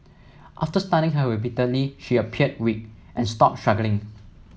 after stunning her repeatedly she appeared weak and stopped struggling